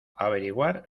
averiguar